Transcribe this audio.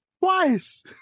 Twice